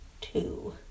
two